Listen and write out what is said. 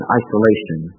isolation